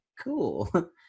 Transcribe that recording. Cool